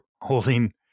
holding